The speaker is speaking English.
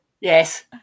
Yes